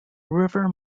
river